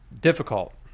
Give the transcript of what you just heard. difficult